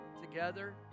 together